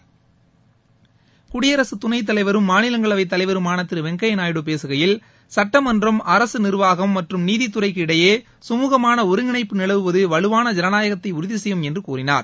மாநிலங்களவைத் குடியரசுத் துணைத் தலைவரும் தலைவருமான திரு வெங்கப்யா நாயுடு பேசுகையில் சுட்டமன்றம் அரசு நிர்வாகம் மற்றும் நீதித்துறைக்கு இடையே சுமூகமான ஒருங்கிணைப்பு நிலவுவது வலுவான ஜனநாயகத்தை உறுதி செய்யும் என்று கூறினார்